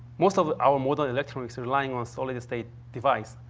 most of our modern electronics are relying on solid-state device.